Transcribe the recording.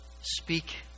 Speak